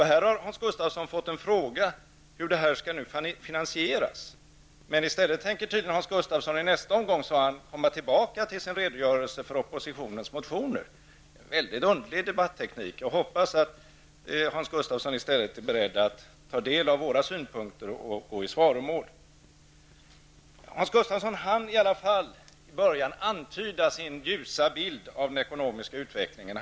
Hans Gustafsson har nu fått en fråga om hur det här skall finansieras, men i stället för att svara på den tänker han tydligen komma tillbaka till sin redogörelse för oppositionens motioner i nästa omgång. Det är en mycket underlig debatteknik. Jag hoppas att Hans Gustafsson är beredd att ta del av våra synpunkter och gå i svaromål. I början hann i alla fall Hans Gustafsson antyda sin ljusa bild av den ekonomiska utvecklingen.